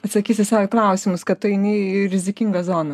atsakysi sau į klausimus kad tu eini į rizikingą zoną